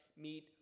meet